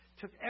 took